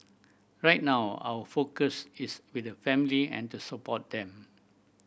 right now our focus is with the family and to support them